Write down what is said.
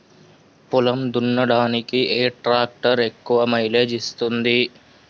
పొలం దున్నడానికి ఏ ట్రాక్టర్ ఎక్కువ మైలేజ్ ఇస్తుంది?